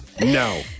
No